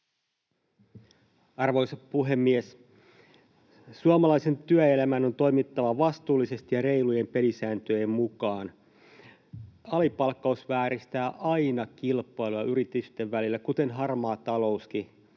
Arvoisa puhemies! Suomalaisen työelämän on toimittava vastuullisesti ja reilujen pelisääntöjen mukaan. Alipalkkaus vääristää aina kilpailua yritysten välillä kuten harmaa talouskin.